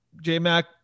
J-Mac